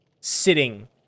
sitting